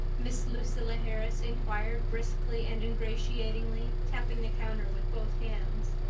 miss lucilla harris inquired, briskly and ingratiatingly, tapping the counter with both hands.